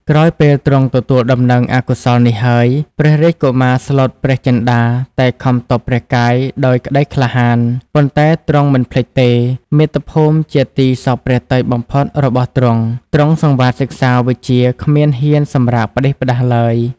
ក្រោយពេលទ្រង់ទទួលដំណឹងអកុសលនេះហើយ ព្រះរាជកុមារស្លុតព្រះចិន្ដា តែខំទប់ព្រះកាយដោយក្ដីក្លាហាន ប៉ុន្តែទ្រង់មិនភ្លេចទេ មាតុភូមិជាទីសព្វព្រះទ័យបំផុតរបស់ទ្រង់ ទ្រង់សង្វាតសិក្សាវិជ្ជាគ្មានហ៊ានសម្រាកផ្ដេសផ្ដាសឡើយ ។